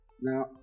Now